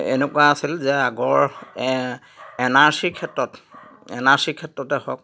এনেকুৱা আছিল যে আগৰ এন আৰ চিৰ ক্ষেত্ৰত এন আৰ চিৰ ক্ষেত্ৰতে হওক